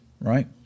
right